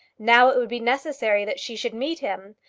now it would be necessary that she should meet him,